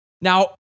Now